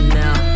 now